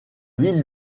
ville